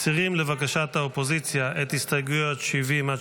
מסירים, לבקשת האופוזיציה את הסתייגויות 70 71,